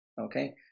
Okay